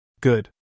Good